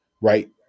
right